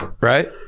right